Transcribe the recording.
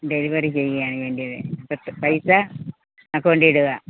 delivery ചെയ്യാണ് വേണ്ടിയത് പൈസ അക്കൗണ്ടിൽ ഇടുക